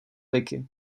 wiki